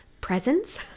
presents